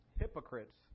hypocrites